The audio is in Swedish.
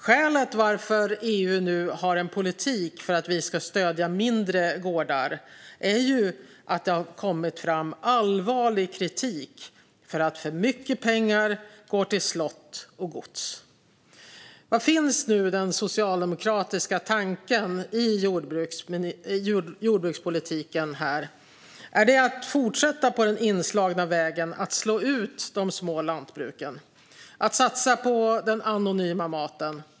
Skälet till att EU nu har en politik för att vi ska stödja mindre gårdar är ju att det har kommit fram allvarlig kritik mot att för mycket pengar går till slott och gods. Var finns nu den socialdemokratiska tanken i jordbrukspolitiken? Är det att fortsätta på den inslagna vägen och slå ut de små lantbruken? Att satsa på den anonyma maten?